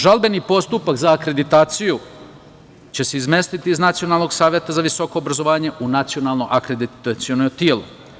Žalbeni postupak za akreditaciju će se izmestiti iz Nacionalnog saveta za visoko obrazovanje u nacionalno akreditaciono telo.